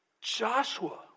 Joshua